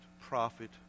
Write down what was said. prophet